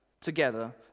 together